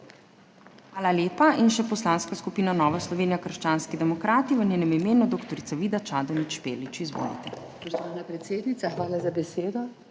Hvala lepa. In še poslanska skupina Nova Slovenija – krščanski demokrati, v njenem imenu dr. Vida Čadonič Špelič. Izvolite. **DR.